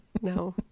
no